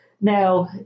Now